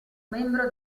membro